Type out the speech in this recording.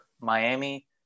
Miami